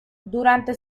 durante